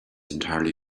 entirely